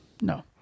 No